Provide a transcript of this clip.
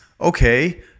Okay